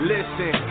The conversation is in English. Listen